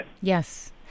Yes